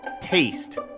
taste